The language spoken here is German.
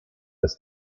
des